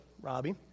Robbie